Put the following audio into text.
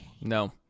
No